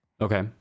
Okay